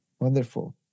Wonderful